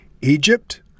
Egypt